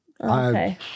Okay